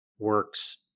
works